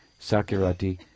Sakirati